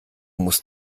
musst